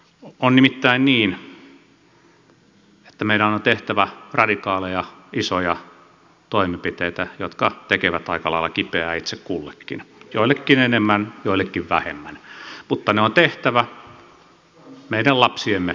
on nimittäin niin että meidän on tehtävä radikaaleja isoja toimenpiteitä jotka tekevät aika lailla kipeää itse kullekin joillekin enemmän joillekin vähemmän mutta ne on tehtävä meidän lapsiemme takia